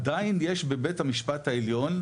עדיין יש בבית המשפט העליון,